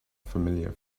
familiar